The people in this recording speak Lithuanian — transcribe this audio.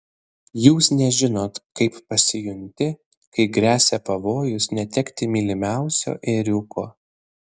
jūs nežinot kaip pasijunti kai gresia pavojus netekti mylimiausio ėriuko